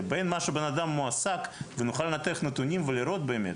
לבין מה שבנאדם מועסק ונוכל לנתח נתונים ולראות באמת,